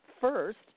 First